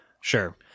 sure